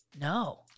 No